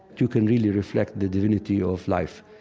you can really reflect the divinity of life.